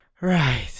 Right